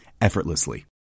effortlessly